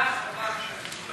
תודה רבה.